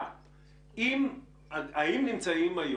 עונה על